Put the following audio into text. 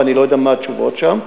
ואני לא יודע מה התשובות שם.